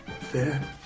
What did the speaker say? Fair